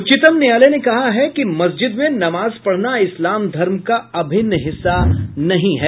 उच्चतम न्यायालय ने कहा है कि मस्जिद में नमाज पढ़ना इस्लाम धर्म का अभिन्न हिस्सा नहीं है